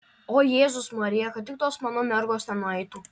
o jėzus marija kad tik tos mano mergos nenueitų